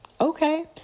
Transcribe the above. Okay